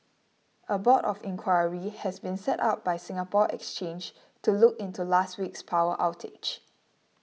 a board of inquiry has been set up by Singapore Exchange to look into last week's power outage